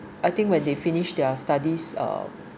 I think when they finish their studies uh